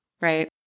right